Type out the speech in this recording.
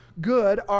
good